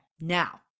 Now